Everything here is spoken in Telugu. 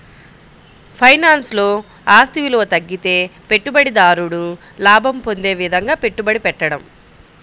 ఫైనాన్స్లో, ఆస్తి విలువ తగ్గితే పెట్టుబడిదారుడు లాభం పొందే విధంగా పెట్టుబడి పెట్టడం